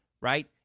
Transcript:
right